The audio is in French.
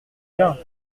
bien